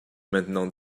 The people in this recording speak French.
maintenant